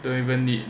don't even need